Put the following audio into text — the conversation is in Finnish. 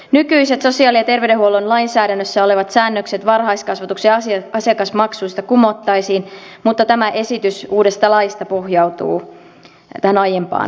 nykyiset sosiaali ja terveydenhuollon lainsäädännössä olevat säännökset varhaiskasvatuksen asiakasmaksuista kumottaisiin mutta tämä esitys uudesta laista pohjautuu tähän aiempaan lakiin